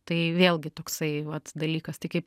tai vėlgi toksai vat dalykas tai kaip